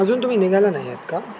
अजून तुम्ही निघाला नाही आहात का